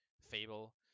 Fable